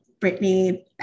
Britney